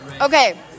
Okay